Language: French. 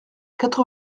quatre